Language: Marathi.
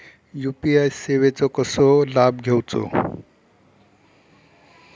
यू.पी.आय सेवाचो कसो लाभ घेवचो?